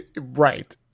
Right